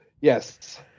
yes